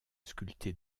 sculpté